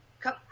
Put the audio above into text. Come